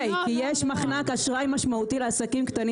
כי יש מחנק אשראי משמעותי לעסקים קטנים